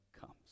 comes